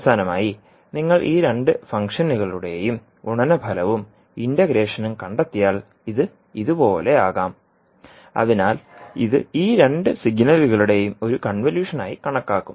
അവസാനമായി നിങ്ങൾ ഈ രണ്ട് ഫംഗ്ഷനുകളുടെയും ഗുണനഫലവും ഇന്റഗ്രേഷനും കണ്ടെത്തിയാൽ ഇത് ഇതുപോലെയാകാം അതിനാൽ ഇത് ഈ രണ്ട് സിഗ്നലുകളുടെയും ഒരു കൺവല്യൂഷൻ ആയി കണക്കാക്കും